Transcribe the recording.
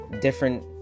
different